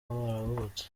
baravutse